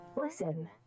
Listen